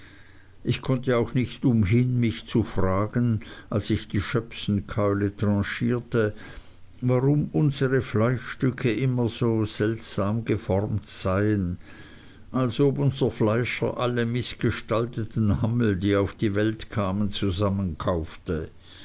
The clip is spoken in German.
ich konnte auch nicht umhin mich zu fragen als ich die schöpsenkeule tranchierte warum unsere fleischstücke immer so seltsam geformt seien als ob unser fleischer alle mißgestalteten hammel die auf die welt kamen zusammenkaufte